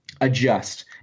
adjust